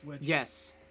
Yes